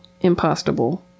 impossible